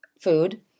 Food